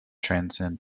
transcend